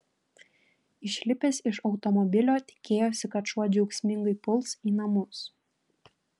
išlipęs iš automobilio tikėjosi kad šuo džiaugsmingai puls į namus